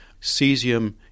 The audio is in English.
Cesium